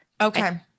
Okay